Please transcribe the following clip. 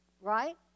right